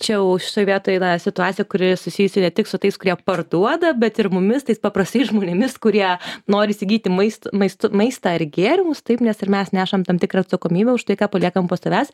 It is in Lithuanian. čia jau šitoj vietoj tna situacija kuri susijusi ne tik su tais kurie parduoda bet ir mumis tais paprastais žmonėmis kurie nori įsigyti maist maistu maistą ir gėrimus taip nes ir mes nešam tam tikrą atsakomybę už tai ką paliekam po savęs